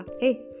Hey